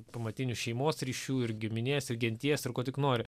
pamatinių šeimos ryšių ir giminės ir genties ir ko tik nori